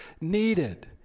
needed